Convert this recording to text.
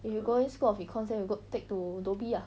if you going school of econs then you go take to dhoby ah